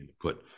Put